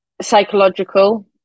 psychological